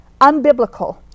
unbiblical